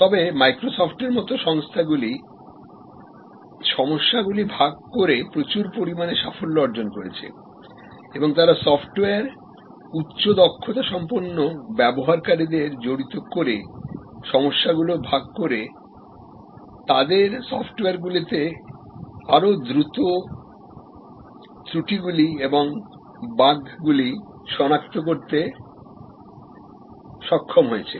তবে মাইক্রোসফ্টের মতো সংস্থাগুলি সমস্যাগুলি ভাগ করে প্রচুর পরিমাণে সাফল্য অর্জন করেছে এবং তারা সফ্টওয়্যার উচ্চ দক্ষতা সম্পন্ন ব্যবহারকারীদের জড়িত করেসমস্যাগুলি ভাগ করে তাদের সফ্টওয়্যারগুলিতে আরও দ্রুত ত্রুটিগুলি এবং বাগগুলি সনাক্ত করতে সক্ষম হয়েছে